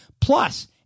Plus